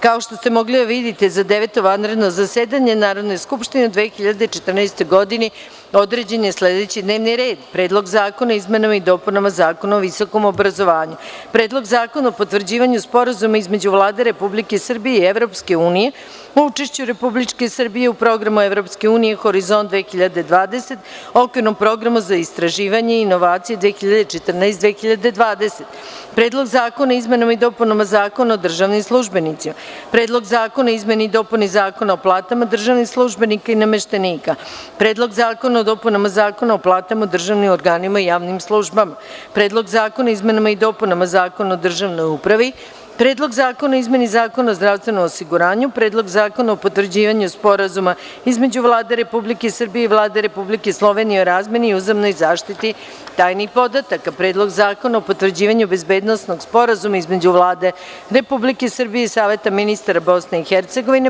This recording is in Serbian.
Kao što ste mogli da vidite, za Deveto vanredno zasedanje Narodne skupštine u 2014. godini, određen je sledeći D n e v n ir e d: 1. Predlog zakona o izmenama i dopunama Zakona o visokom obrazovanju; 2. Predlog zakona o potvrđivanju Sporazuma između Vlade Republike Srbije i Evropske unije o učešću Republike Srbije u programu Evropske unije Horizont 2020 – okvirnom programu za istraživanje i inovacije (2014 – 2020); 3. Predlog zakona o izmenama Zakona o državnim službenicima; 4. Predlog zakona o izmeni i dopuni Zakona o platama državnih službenika i nameštenika; 5. Predlog zakona o dopunama Zakona o platama u državnim organima i javnim službama; 6. Predlog zakona o izmenama i dopunama Zakona o državnoj upravi; 7. Predlog zakona o izmeni Zakona o zdravstvenom osiguranju; 8. Predlog zakona o potvrđivanju Sporazuma između Vlade Republike Srbije i Vlade Republike Slovenije o razmeni i uzajamnoj zaštiti tajnih podataka; 9. Predlog zakona o potvrđivanju bezbednosnog Sporazuma između Vlade Republike Srbije i Saveta ministara Bosne i Hercegovine; 10.